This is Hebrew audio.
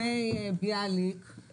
שהתחרות או מישהו אחר פועל בהגינות כלפי הלקוח.